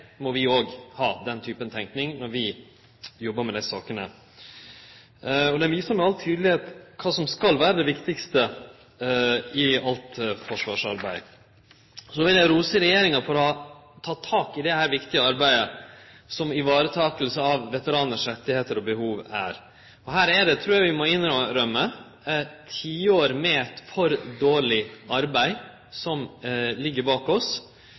viser heilt tydeleg kva som skal vere det viktigaste i alt forsvarsarbeid. Så vil eg rose regjeringa for å ha teke tak i dette viktige arbeidet med å vareta veteranane sine rettar og behov. Her trur eg vi må innrømme at tiår med for dårleg arbeid ligg bak oss,